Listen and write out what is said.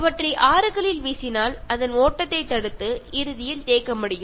அவற்றை ஆறுகளில் வீசினால் அதன் ஓட்டத்தைத் தடுத்து இறுதியில் தேக்கமடையும்